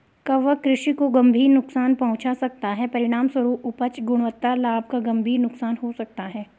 कवक कृषि को गंभीर नुकसान पहुंचा सकता है, परिणामस्वरूप उपज, गुणवत्ता, लाभ का गंभीर नुकसान हो सकता है